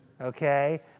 okay